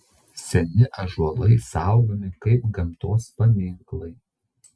seni ąžuolai saugomi kaip gamtos paminklai